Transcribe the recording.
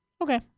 Okay